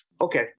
okay